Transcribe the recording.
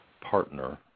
partner